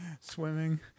swimming